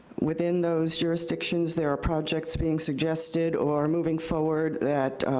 within those jurisdictions there are projects being suggested or moving forward that